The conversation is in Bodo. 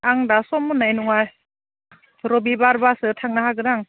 आं दा सम मोननाय नङा रबिबारबासो थांनो हागोन आं